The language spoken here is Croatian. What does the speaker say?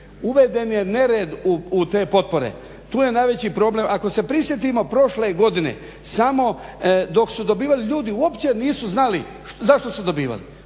uveden je nered u te potpore, tu je najveći problem. Ako se prisjetimo prošle godine, samo dok su dobivali ljudi uopće nisu znali zašto su dobivali.